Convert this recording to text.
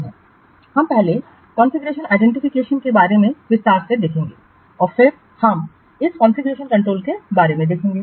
हम पहले कॉन्फ़िगरेशन आईडेंटिफिकेशनके बारे में विस्तार से देखेंगे और फिर हम इस कॉन्फ़िगरेशन कंट्रोल के बारे में देखेंगे